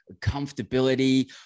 comfortability